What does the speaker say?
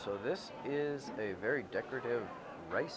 so this is a very decorative ri